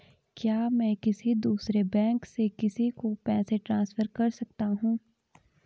क्या मैं किसी दूसरे बैंक से किसी को पैसे ट्रांसफर कर सकता हूँ?